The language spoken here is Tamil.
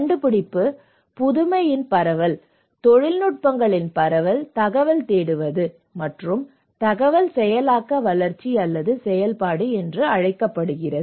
கண்டுபிடிப்பு புதுமையின் பரவல் தொழில்நுட்பங்களின் பரவல் தகவல் தேடுவது மற்றும் தகவல் செயலாக்க வளர்ச்சி அல்லது செயல்பாடு என்று அழைக்கப்படுகிறது